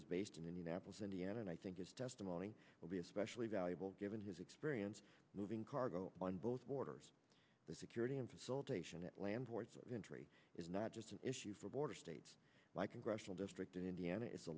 is based in indianapolis indiana and i think his testimony will be especially valuable given his experience moving cargo on both border security and facilitation at landlords of entry is not just an issue for border states my congressional district in indiana is the